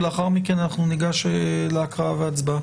ולאחר מכן אנחנו ניגש להקראה והצבעה.